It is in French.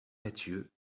mathieu